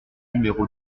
numéro